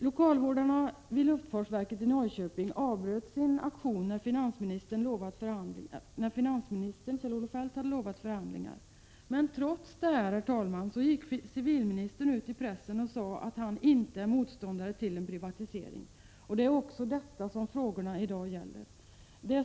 Lokalvårdarna vid luftfartsverket i Norrköping avbröt sin aktion när finansminister Kjell Olof Feldt hade lovat förhandlingar. Men trots detta, herr talman, så gick civilministern ut i pressen och sade att han inte är motståndare till en privatisering. Det är detta som frågorna i dag gäller.